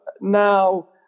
now